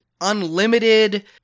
Unlimited